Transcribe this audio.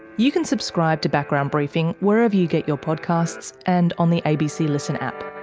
you can subscribe to background briefing wherever you get your podcasts, and on the abc listen app.